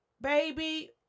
baby